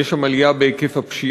יש שם עלייה בהיקף הפשיעה,